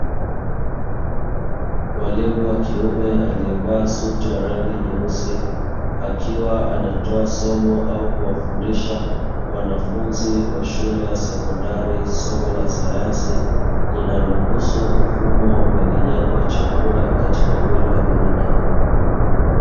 Mwalimu wa kiume akiwa aliyevaa suti ya rangi nyeusi, akiwa anatoa somo au kuwafundisha wanafunzi wa shule ya sekondari somo la sayansi, linalohusu mfumo wa mmeng'enyaji wa chakula katika mwili wa binadamu.